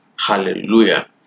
Hallelujah